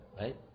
right